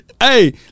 hey